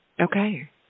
Okay